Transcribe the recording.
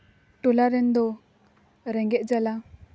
ᱴᱚᱞᱟᱨᱮᱱ ᱫᱚ ᱨᱮᱸᱜᱮᱡ ᱡᱟᱞᱟ